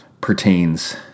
pertains